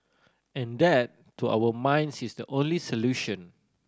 and that to our minds is the only solution